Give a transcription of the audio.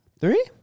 Three